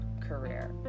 career